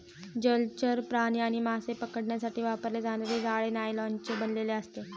जलचर प्राणी आणि मासे पकडण्यासाठी वापरले जाणारे जाळे नायलॉनचे बनलेले असते